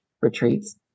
retreats